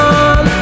on